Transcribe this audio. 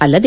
ಅಲ್ಲದೆ